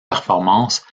performances